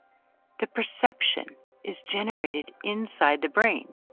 the perception is generated inside the brain,